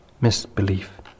misbelief